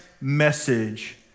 message